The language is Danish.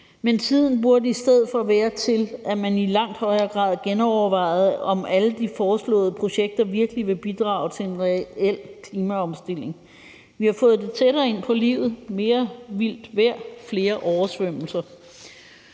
men tiden burde i stedet for være til, at man i langt højere grad genovervejede, om alle de foreslåede projekter virkelig vil bidrage til en reel klimaomstilling. Vi har fået det tættere ind på livet med mere vildt vejr og flere oversvømmelser.